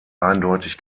eindeutig